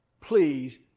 please